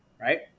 right